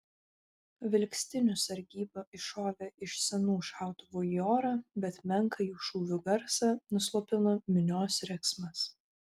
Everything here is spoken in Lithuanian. vilkstinių sargyba iššovė iš senų šautuvų į orą bet menką jų šūvių garsą nuslopino minios riksmas